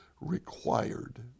required